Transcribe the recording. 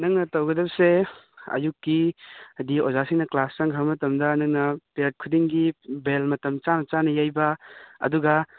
ꯅꯪꯅ ꯇꯧꯒꯗꯧꯕꯁꯦ ꯑꯌꯨꯛꯀꯤ ꯍꯥꯏꯗꯤ ꯑꯣꯖꯥꯁꯤꯡꯅ ꯀ꯭ꯂꯥꯁ ꯆꯪꯈ꯭ꯔꯕ ꯃꯇꯝꯗ ꯅꯪꯅ ꯄꯦꯔꯗ ꯈꯨꯗꯤꯡꯒꯤ ꯕꯦꯜ ꯃꯇꯝ ꯆꯥꯅ ꯆꯥꯅ ꯌꯩꯕ ꯑꯗꯨꯒ